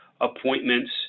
appointments